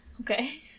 Okay